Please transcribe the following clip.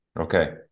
okay